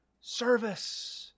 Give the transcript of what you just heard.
service